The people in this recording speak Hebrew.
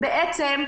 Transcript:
בעצם,